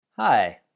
Hi